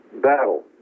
battle